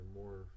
more